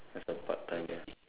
as a part time lah